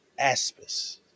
aspis